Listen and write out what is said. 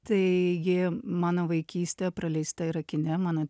taigi mano vaikystė praleista yra kine mano